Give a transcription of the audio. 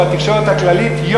ובתקשורת הכללית,